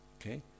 Okay